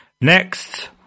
next